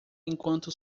enquanto